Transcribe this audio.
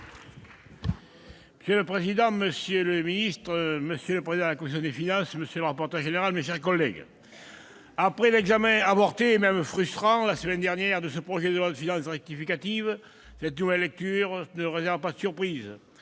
Monsieur le président, monsieur le secrétaire d'État, monsieur le président de la commission des finances, monsieur le rapporteur général, mes chers collègues, après l'examen avorté, et même frustrant, la semaine dernière, du présent projet de loi de finances rectificative, cette nouvelle lecture ne réserve pas de surprise,